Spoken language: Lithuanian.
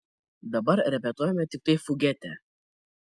dabar repetuojame tiktai fugetę